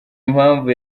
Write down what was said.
impamvu